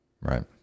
Right